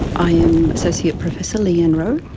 i am associated professor leon rowe.